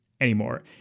anymore